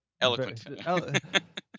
Eloquent